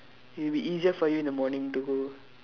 it will be easier for you in the morning to go